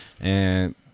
And-